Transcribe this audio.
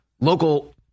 local